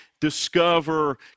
discover